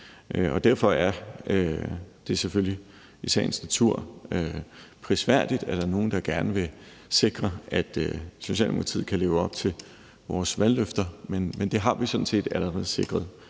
Derfor er det i sagens natur selvfølgelig prisværdigt, at der er nogle, der gerne vil sikre, at vi i Socialdemokratiet kan leve op til vores valgløfter, men det har vi sådan set allerede sikret